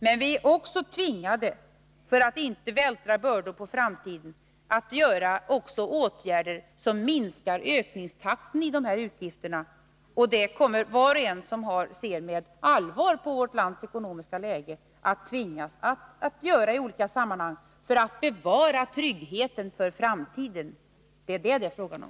Men vi är också tvingade, för att inte vältra bördor på framtiden, att vidta åtgärder i syfte att minska ökningstakten i våra utgifter. Det kommer var och en som ser med allvar på vårt lands ekonomiska läge att tvingas till i olika sammanhang för att bevara tryggheten för framtiden. Det är detta det är fråga om.